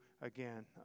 again